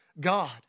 God